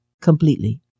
completely